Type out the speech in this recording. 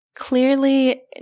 Clearly